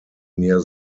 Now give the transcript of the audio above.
near